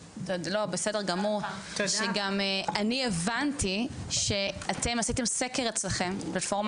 שגם אני הבנתי שאתם עשיתם סקר אצלכם בפורום